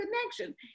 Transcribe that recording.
connection